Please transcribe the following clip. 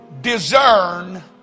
discern